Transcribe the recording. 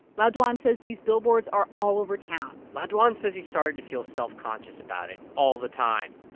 lao dwan says these billboards are all over town lao dwan says he started to feel self-conscious about it all the time.